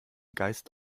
geist